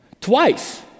Twice